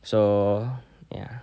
so ya